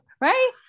right